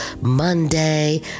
Monday